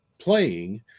playing